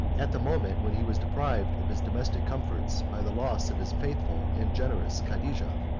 at the moment when he was deprived of his domestic comforts by the loss of his faithful and generous cadijah.